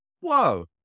whoa